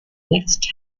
next